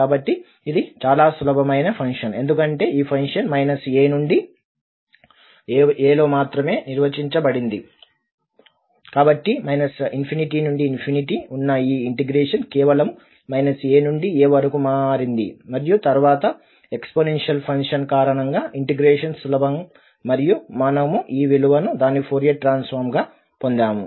కాబట్టి ఇది చాలా సులభమైన ఫంక్షన్ ఎందుకంటే ఈ ఫంక్షన్ a నుండి a లో మాత్రమే నిర్వచించబడింది కాబట్టి నుండి ఉన్న ఈ ఇంటిగ్రేషన్ కేవలం a నుండి a వరకు మారింది మరియు తరువాత ఎక్స్పోనెన్షియల్ ఫంక్షన్ కారణంగా ఇంటిగ్రేషన్ సులభం అవుతుంది మరియు మనము ఈ విలువను దాని ఫోరియర్ ట్రాన్సఫార్మ్ గా పొందాము